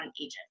agent